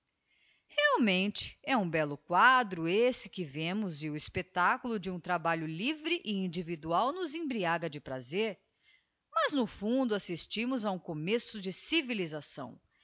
realmente é um bello quadro esse que vemos e o espectáculo de um trabalho livre e individual nos embriaga de prazer mas no fundo assistimos a um começo de civilisação